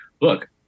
look